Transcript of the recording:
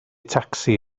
tacsi